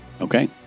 Okay